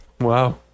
Wow